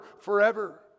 forever